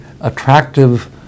attractive